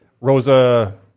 Rosa